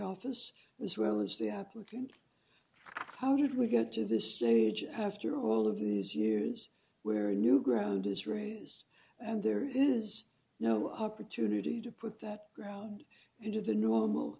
office was where was the applicant how did we get to this stage after all of these years where a new ground is raised and there is no opportunity to put that ground into the normal